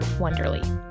Wonderly